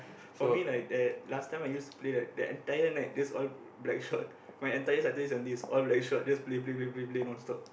for me like that last time I used to play that the entire night is just all Blackshot my entire Saturday Sundays is all Blackshot just play play play play play non-stop